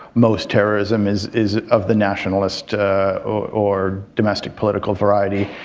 most terrorism is is of the nationalist or domestic political variety.